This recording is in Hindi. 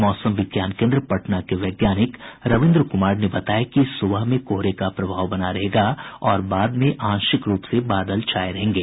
मौसम विज्ञान केन्द्र पटना के वैज्ञानिक रवीन्द्र कुमार ने बताया कि सुबह में कोहरे का प्रभाव बना रहेगा और बाद में आंशिक रूप से बादल छाये रहेंगे